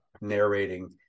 narrating